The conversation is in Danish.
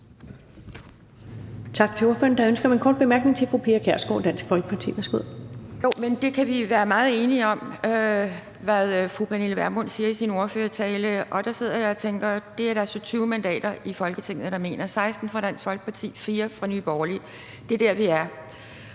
kan vi være meget enige om, og så sidder jeg og tænker, at det er der så 20 mandater i Folketinget der mener – 16 fra Dansk Folkeparti, 4 fra Nye Borgerlige. Det er der, vi er.